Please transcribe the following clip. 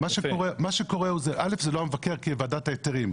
אין לו שום חובת פרסום בדבר הזה.